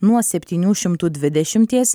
nuo septynių šimtų dvidešimties